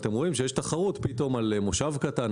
שיש תחרות על מושב קטן,